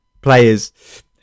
players